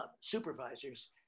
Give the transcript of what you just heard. supervisors